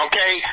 Okay